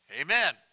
amen